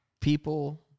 People